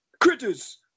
Critters